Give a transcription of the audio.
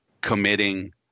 committing